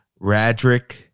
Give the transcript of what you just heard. Radrick